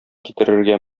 китерергә